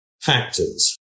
factors